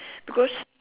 because